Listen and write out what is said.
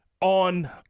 on